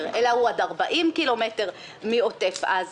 אלא הוא עד 40 קילומטרים מעוטף עזה,